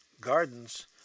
gardens